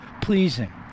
pleasing